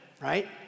right